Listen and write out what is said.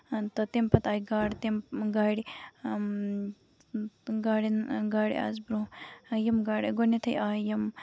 تہٕ تَمہِ پَتہٕ آیہِ گاڈٕ تٔمۍ گاڑِ گاڑین گاڑِ آسہٕ برونہہ یِم گاڈٕ گۄڈنیتھٕے آیہِ یِم